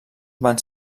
van